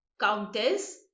Countess